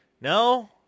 no